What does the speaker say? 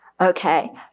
Okay